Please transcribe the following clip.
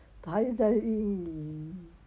还在